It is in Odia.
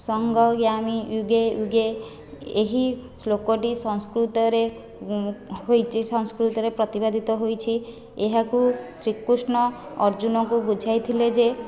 ସଙ୍ଗ ଗ୍ୟାମି ୟୁଗେ ୟୁଗେ ଏହି ଶ୍ଳୋକଟି ସଂସ୍କୃତରେ ହୋଇଛି ସଂସ୍କୃତରେ ପ୍ରତିବାଦୀତ ହୋଇଛି ଏହାକୁ ଶ୍ରୀକୃଷ୍ଣ ଅର୍ଜୁନଙ୍କୁ ବୁଝାଇ ଥିଲେ ଯେ